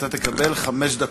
אתה תקבל חמש דקות.